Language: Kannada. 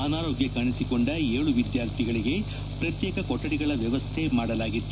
ಅನಾರೋಗ್ಯ ಕಾಣಿಸಿಕೊಂಡ ಏಳು ವಿದ್ಯಾರ್ಥಿಗಳಿಗೆ ಪ್ರತ್ಯೇಕ ಕೊಠಡಿಗಳ ವ್ಯವಸ್ಥೆ ಮಾಡಲಾಗಿತ್ತು